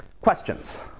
questions